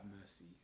mercy